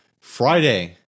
Friday